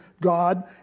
god